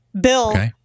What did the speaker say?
Bill